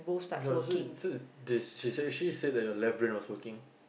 so so this she say she say that your left brain is working